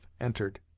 entered